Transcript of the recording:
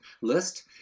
list